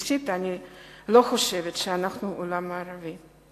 אישית אני לא חושבת שאנחנו עולם מערבי.